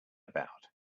about